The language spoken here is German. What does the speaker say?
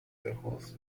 heraus